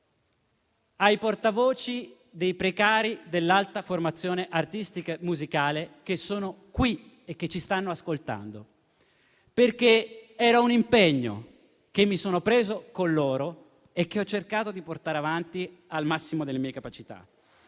ai portavoce dei precari dell'alta formazione artistica e musicale che sono qui e ci stanno ascoltando, perché è un impegno che mi sono preso con loro e che ho cercato di portare avanti al massimo delle mie capacità.